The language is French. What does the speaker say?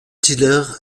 tyler